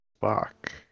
fuck